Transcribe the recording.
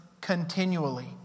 continually